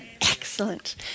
Excellent